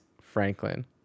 Franklin